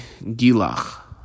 gilach